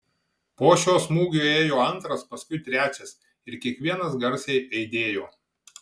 po šio smūgio ėjo antras paskui trečias ir kiekvienas garsiai aidėjo